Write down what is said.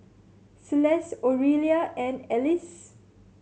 Celeste Orelia and Elyse